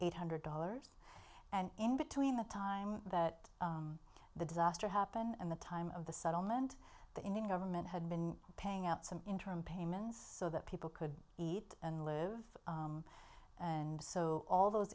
eight hundred dollars and in between the time that the disaster happened and the time of the settlement the indian government had been paying out some interim payments so that people could eat and live and so all those